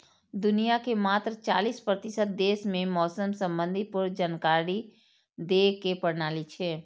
दुनिया के मात्र चालीस प्रतिशत देश मे मौसम संबंधी पूर्व जानकारी दै के प्रणाली छै